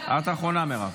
את אחרונה, מירב.